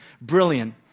Brilliant